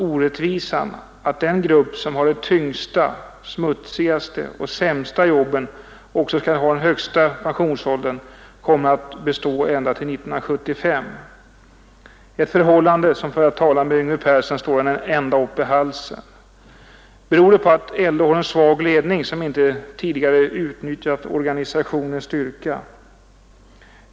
Orättvisan att den grupp som har de tyngsta, smutsigaste och sämsta jobben också skall ha den högsta pensionsåldern kommer nu att bestå ända till 1975, ett förhållande som, för att tala med Yngve Persson, står en ända upp i halsen. Beror det på att LO har en svag ledning som inte tidigare utnyttjat organisationens styrka?